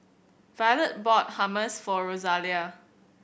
violet bought Hummus for Rosalia